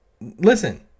Listen